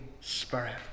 Spirit